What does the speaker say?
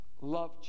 love